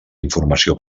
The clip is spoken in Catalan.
informació